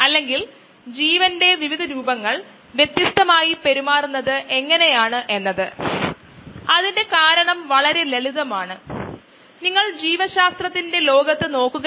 എല്ലാം ചേർത്തതിനുശേഷം പുതിയ ബാച്ച് സമയം ആരംഭിക്കുന്നുകാര്യങ്ങൾ നീക്കംചെയ്യുന്നതിന് മുമ്പ് ബാച്ച് സമയം അവസാനിക് അതാണ് ബാച്ച് പ്രവർത്തന രീതി